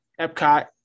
Epcot